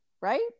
right